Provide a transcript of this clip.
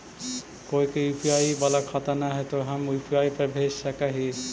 कोय के यु.पी.आई बाला खाता न है तो हम यु.पी.आई पर भेज सक ही?